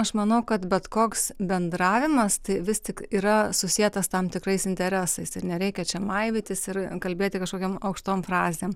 aš manau kad bet koks bendravimas tai vis tik yra susietas tam tikrais interesais ir nereikia čia maivytis ir kalbėti kažkokiom aukštom frazėm